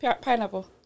Pineapple